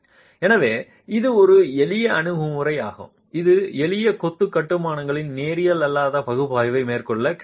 எனவே இது ஒரு எளிய அணுகுமுறையாகும் இது எளிய கொத்து கட்டுமானங்களில் நேரியல் அல்லாத பகுப்பாய்வை மேற்கொள்ள கிடைக்கிறது